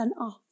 off